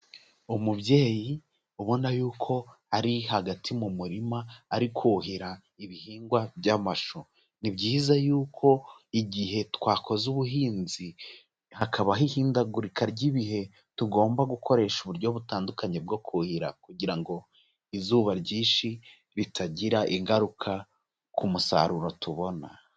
Umubyeyi ubona yuko ari hagati mu murima, ari kuhira ibihingwa by'amashu, ni byiza yuko igihe twakoze ubuhinzi hakabaho ihindagurika ry'ibihe, tugomba gukoresha uburyo butandukanye bwo kuhira, kugira ngo izuba ryinshi bitagira ingaruka ku musaruro tubona.